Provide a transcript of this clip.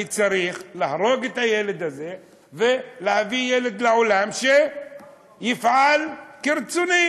אני צריך להרוג את הילד הזה ולהביא ילד לעולם שיפעל כרצוני.